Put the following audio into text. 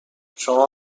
شما